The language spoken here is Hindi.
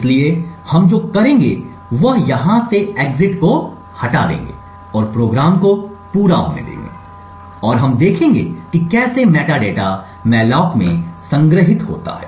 इसलिए हम जो करेंगे वह यहाँ से एग्जिट को हटा देंगे और प्रोग्राम को पूरा होने देंगे और हम देखेंगे कि कैसे मेटाडेटा मॉलॉक में संग्रहीत होता है